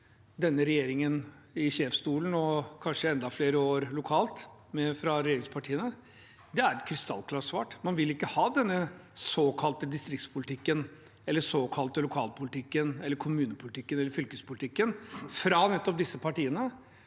denne regjeringen i sjefsstolen – og kanskje enda flere år lokalt med regjeringspartiene – er det et krystallklart svar: Man vil ikke ha denne såkalte distriktspolitikken, eller såkalte lokalpolitikken, eller kommunepolitikken eller fylkespolitikken fra nettopp disse partiene.